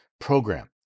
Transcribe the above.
program